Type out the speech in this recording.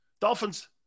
Dolphins